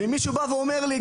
ואם מישהו בא ואומר לי,